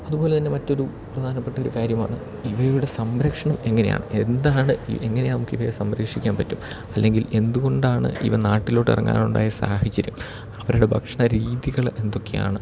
അതുപോലെ തന്നെ മറ്റൊരു പ്രധാനപ്പെട്ട ഒരു കാര്യമാണ് ഇവയുടെ സംരക്ഷണം എങ്ങനെയാണ് എന്താണ് ഈ എങ്ങനെയാണ് നമുക്ക് ഇവയെ സംരക്ഷിക്കാൻ പറ്റും അല്ലെങ്കിൽ എന്തുകൊണ്ടാണ് ഇവ നാട്ടിലോട്ട് ഇറങ്ങാൻ ഉണ്ടായ സാഹചര്യം അവരുടെ ഭക്ഷണ രീതികൾ എന്തൊക്കെ ആണ്